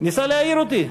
שניסה להעיר אותי.